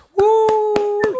Woo